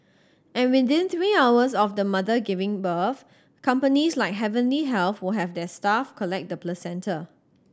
and within three hours of the mother giving birth companies like Heavenly Health will have their staff collect the placenta